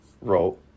wrote